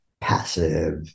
passive